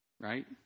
right